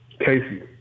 Casey